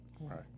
Right